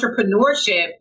entrepreneurship